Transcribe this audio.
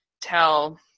tell